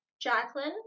Jacqueline